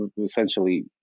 Essentially